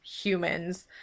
humans